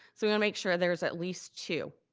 so we wanna make sure there's at least two.